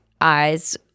eyes